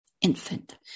infant